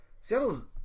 Seattle's –